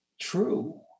true